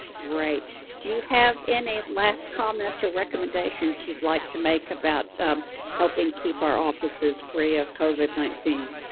great. do you have any last comments or recommendations you'd like to make about helping keep our offices free of covid nineteen?